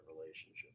relationship